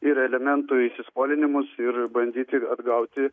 ir alimentų įsiskolinimus ir bandyti atgauti